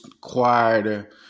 quieter